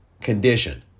condition